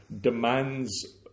demands